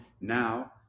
Now